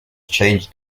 changed